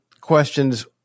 questions